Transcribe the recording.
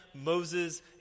Moses